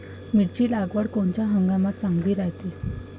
मिरची लागवड कोनच्या हंगामात चांगली राहीन?